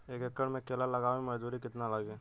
एक एकड़ में केला लगावे में मजदूरी कितना लागी?